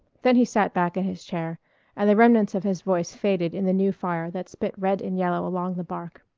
then he sat back in his chair and the remnants of his voice faded in the new fire that spit red and yellow along the bark.